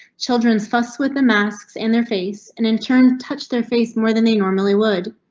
children's fuss with the masks in their face and interned touch their face more than they normally would.